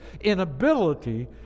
inability